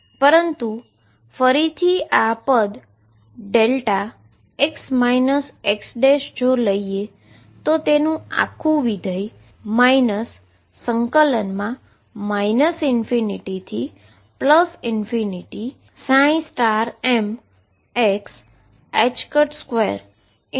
પરંતુ ફરીથી આ પદ δ x x જો લઈએ અને તેથી આખુ ફંક્શન ∞mx 2d2dx2dx બને છે